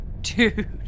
Dude